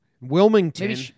Wilmington